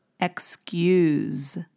excuse